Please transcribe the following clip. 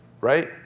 right